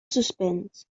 suspens